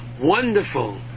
wonderful